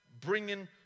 bringing